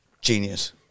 Genius